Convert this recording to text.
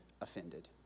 Offended